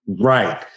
Right